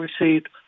received